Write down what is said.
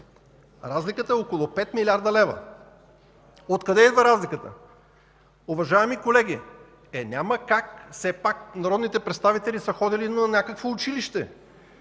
половина – е около 5 млрд. лв. Откъде идва разликата? Уважаеми колеги, е, няма как, все пак народните представители са ходили на някакво училище,